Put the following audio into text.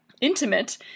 intimate